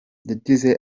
yagize